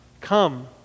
come